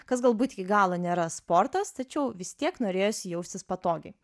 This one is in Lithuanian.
kas galbūt iki galo nėra sportas tačiau vis tiek norėjosi jaustis patogiai